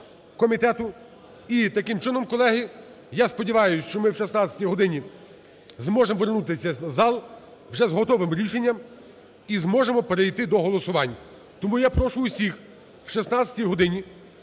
І, таким чином, колеги, я сподіваюсь, що ми о 16 годині зможемо вернутися в зал вже з готовим рішенням і зможемо перейти до голосувань. Тому я прошу всіх о 16 годині